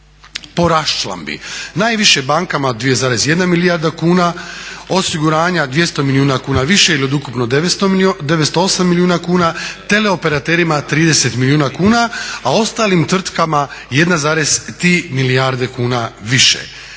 Po raščlambi najviše bankama 2,1 milijarda kuna, osiguranja 200 milijuna kuna više ili od ukupno 908 milijuna kuna, teleoperaterima 30 milijuna kuna a ostalim tvrtkama 1,3 milijarde kuna više.